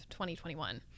2021